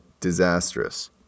disastrous